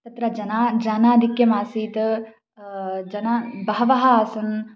तत्र जना जनाधिक्यमसीत् जनाः बहवः आसन्